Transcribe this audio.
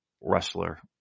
wrestler